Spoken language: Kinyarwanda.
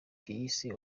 yise